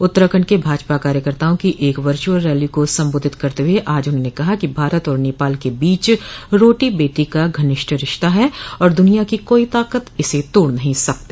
उत्तराखंड के भाजपा कार्यकर्ताओं की एक वर्च्यअल रैली को संबोधित करते हुए आज उन्होंने कहा कि भारत और नेपाल के बीच रोटी बेटी का घनिष्ठ रिश्ता है और दुनिया की कोई ताकत इसे तोड़ नहीं सकती